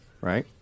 right